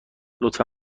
لطفا